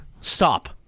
Stop